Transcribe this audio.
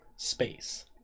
Space